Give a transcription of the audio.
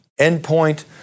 endpoint